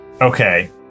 Okay